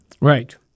Right